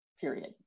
period